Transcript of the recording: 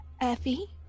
Effie